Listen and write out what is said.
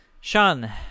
Sean